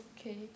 Okay